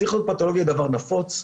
פסיכופתולוגיה זה דבר נפוץ.